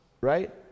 right